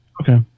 Okay